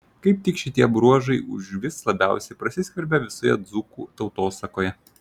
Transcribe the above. kaip tik šitie bruožai užvis labiausiai prasiskverbia visoje dzūkų tautosakoje